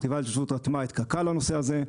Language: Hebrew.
החטיבה להתיישבות רתמה את קק"ל לנושא הזה.